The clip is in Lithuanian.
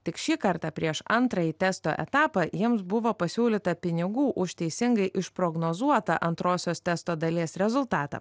tik šį kartą prieš antrąjį testo etapą jiems buvo pasiūlyta pinigų už teisingai išprognozuotą antrosios testo dalies rezultatą